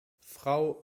frau